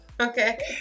Okay